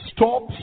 Stop